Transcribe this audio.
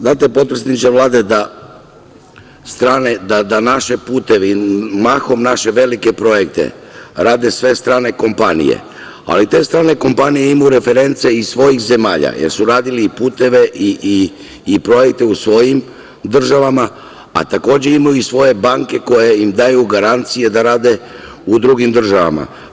Znate, potpredsedniče Vlade, da strane, odnosno da naše puteve, mahom naše velike projekte rade sve strane kompanije, ali te strane kompanije imaju reference i svojih zemalja jer su radile i puteve i projekte u svojim državama, a takođe imaju i svoje banke koje im daju garancije da rade u drugim državama.